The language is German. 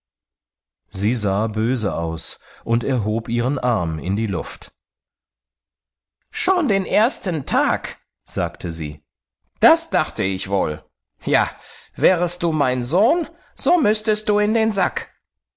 sie sah böse aus und erhob ihren arm in die luft schon den ersten tag sagte sie das dachte ich wohl ja wärest du mein sohn so müßtest du in den sack